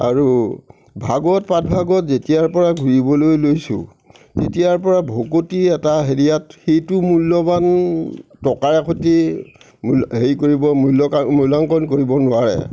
আৰু ভাগৱত পাঠভাগত যেতিয়াৰপৰা ঘূৰিবলৈ লৈছোঁ তেতিয়াৰেপৰা ভকতি এটা হেৰিয়াত সেইটো মূল্যবান টকাৰে সৈতে হেৰি কৰিব মূল্যাংকন কৰিব নোৱাৰে